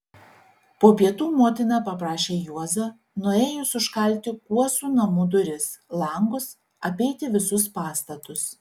po pietų motina paprašė juozą nuėjus užkalti kuosų namų duris langus apeiti visus pastatus